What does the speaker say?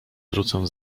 wrócę